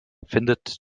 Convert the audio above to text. findet